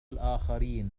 الآخرين